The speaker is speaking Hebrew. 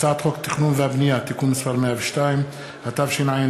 הצעת חוק התכנון והבנייה (תיקון מס' 102), התשע"ד